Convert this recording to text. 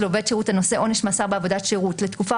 עובד שירות הנושא עונש מאסר בעבודת שירות לתקופה